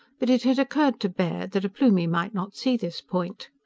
but it had occurred to baird that a plumie might not see this point.